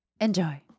Enjoy